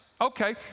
Okay